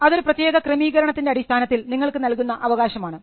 അതൊരു പ്രത്യേക ക്രമീകരണത്തിൻറെ അടിസ്ഥാനത്തിൽ നിങ്ങൾക്ക് നൽകുന്ന അവകാശമാണ്